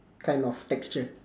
kind of texture